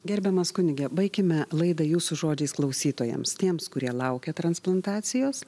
gerbiamas kunige baikime laidą jūsų žodžiais klausytojams tiems kurie laukia transplantacijos